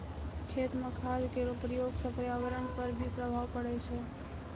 खेत म खाद केरो प्रयोग सँ पर्यावरण पर भी प्रभाव पड़ै छै